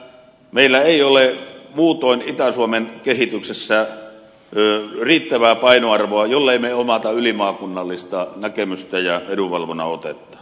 meillä ei ole muutoin itä suomen kehityksessä riittävää painoarvoa jollemme me omaa ylimaakunnallista näkemystä ja edunvalvonnan otetta